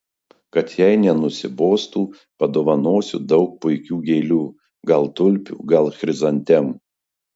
kad jai nenusibostų padovanosiu daug puikių gėlių gal tulpių gal chrizantemų